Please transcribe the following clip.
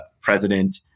president